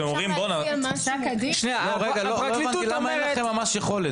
לא הבנתי למה אין לכם ממש יכולת.